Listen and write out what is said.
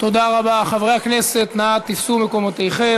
של חבר הכנסת עיסאווי פריג'.